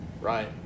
right